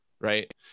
right